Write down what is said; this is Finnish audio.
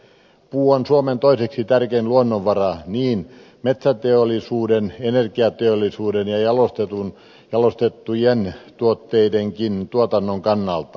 puu on suomen toiseksi tärkein luonnonvara niin metsäteollisuuden energiateollisuuden kuin jalostettujen tuotteidenkin tuotannon kannalta